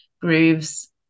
Grooves